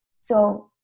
So-